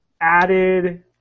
added